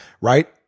right